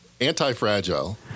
Anti-fragile